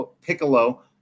Piccolo